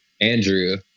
Andrew